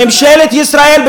ממשלת ישראל,